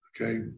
Okay